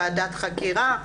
ועדת חקירה,